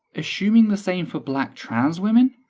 assuming the same for black trans women,